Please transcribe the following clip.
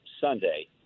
Sunday